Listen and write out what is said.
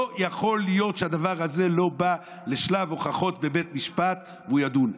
לא יכול להיות שהדבר הזה לא בא לשלב הוכחות בבית משפט והוא יידון.